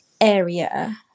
area